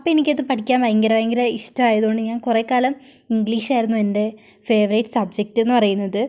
അപ്പോൾ എനിക്കത് പഠിക്കാൻ ഭയങ്കര ഭയങ്കര ഇഷ്ടമായത് കൊണ്ട് ഞാൻ കുറേ കാലം ഇംഗ്ലീഷായിരുന്നു എൻ്റെ ഫേവറേറ്റ് സബ്ജെക്ട് എന്ന് പറയുന്നത്